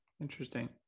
interesting